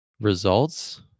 results